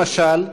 למשל,